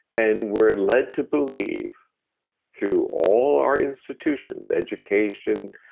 and we're led to believe through all our institutions, education,